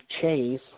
chase